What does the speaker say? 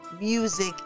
music